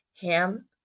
Ham